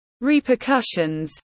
repercussions